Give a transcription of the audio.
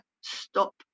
stop